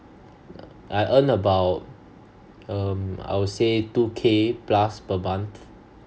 I earned about um I would say two K plus per month